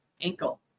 ankle